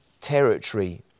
territory